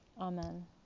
Amen